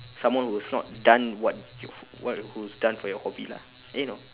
someone who has not done what you what who's done for your hobby lah eh no